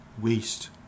waste